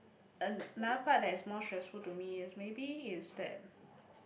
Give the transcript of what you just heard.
another part that is more stressful to me is maybe is that